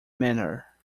manner